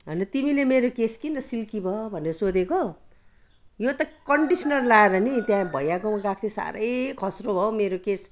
हन तिमीले मेरो केस किन सिल्की भयो भनेर सोधेको यो त कन्डिसनर लाएर नि त्यहाँ भैयाको मा गएको थिएँ साह्रै खस्रो भयो मेरो केस